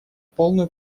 полную